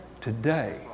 today